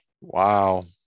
Wow